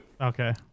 Okay